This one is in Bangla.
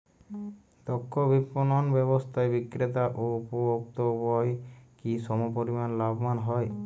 দক্ষ বিপণন ব্যবস্থায় বিক্রেতা ও উপভোক্ত উভয়ই কি সমপরিমাণ লাভবান হয়?